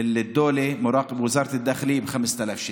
קנס אותו ב-5,000 שקל.)